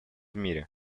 мире